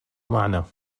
معنى